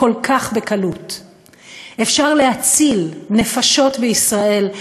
שבימים האחרונים ממש הועבר לעיון שירות בתי-הסוהר.